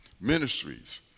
Ministries